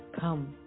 Come